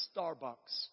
Starbucks